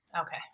Okay